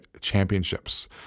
championships